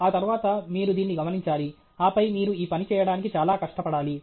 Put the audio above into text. ఆ తరువాత మీరు దీన్ని గమనించాలి ఆపై మీరు ఈ పని చేయడానికి చాలా కష్టపడాలి